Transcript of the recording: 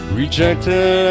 rejected